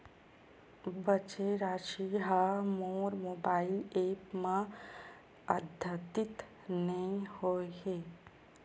बचे राशि हा मोर मोबाइल ऐप मा आद्यतित नै होए हे